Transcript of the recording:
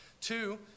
Two